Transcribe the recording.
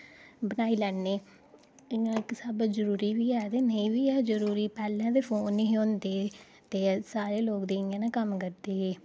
बनाई लैन्ने इ'यां इक स्हाबै जरुरी बी ऐ ते नेईं फोन नेईं हे पैह्ले फोन नेईं हे होंदे